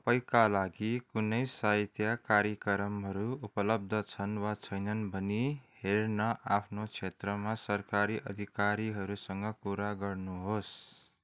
तपाईँँका लागि कुनै साहित्य कार्यक्रमहरू उपलब्ध छन् वा छैनन् भनी हेर्न आफ्नो क्षेत्रमा सरकारी अधिकारीहरूसँग कुरा गर्नुहोस्